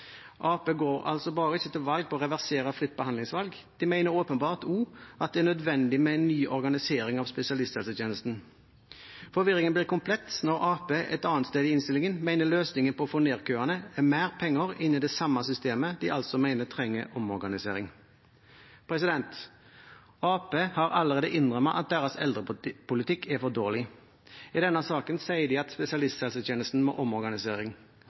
Arbeiderpartiet går altså til valg på ikke bare å reversere fritt behandlingsvalg; de mener åpenbart også at det er nødvendig med en ny organisering av spesialisthelsetjenesten. Forvirringen blir komplett når Arbeiderpartiet et annet sted i innstillingen mener løsningen for å få ned køene er mer penger inn i det samme systemet de altså mener trenger omorganisering. Arbeiderpartiet har allerede innrømmet at deres eldrepolitikk er for dårlig. I denne saken sier de at spesialisthelsetjenesten